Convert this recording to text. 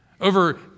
over